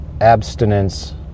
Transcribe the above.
abstinence